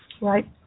Right